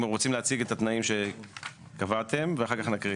אולי תציגו את התנאים ואחר כך נקריא.